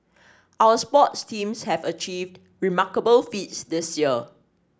our sports teams have achieved remarkable feats this year